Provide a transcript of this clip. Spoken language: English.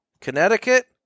Connecticut